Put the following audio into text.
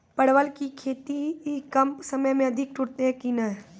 परवल की खेती कम समय मे अधिक टूटते की ने?